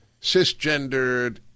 cisgendered